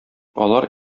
алар